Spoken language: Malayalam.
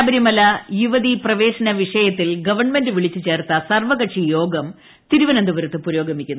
ശബരിമല യുവതീപ്രവേശന വിഷയത്തിൽ ഗവൺമെന്റ് വിളിച്ചുചേർത്ത സർവ്വകക്ഷിയോഗം തിരുവനന്തപുരത്ത് പുരോഗമിക്കുന്നു